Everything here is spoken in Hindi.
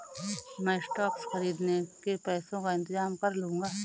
मैं स्टॉक्स खरीदने के पैसों का इंतजाम कर लूंगा